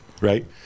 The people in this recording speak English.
right